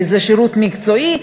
כי זה שירות מקצועי.